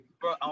Bro